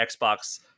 Xbox